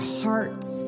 hearts